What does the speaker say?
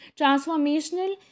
transformational